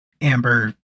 amber